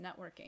networking